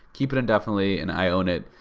keep it indefinitely, and i own it.